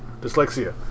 dyslexia